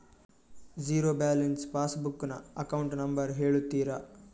Zero balance passbook ನ account number ಹೇಳುತ್ತೀರಾ?